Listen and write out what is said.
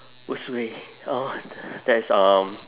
worst way orh that's um